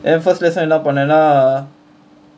then first lesson என்ன பண்ணனா:enna pannanaa